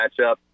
matchup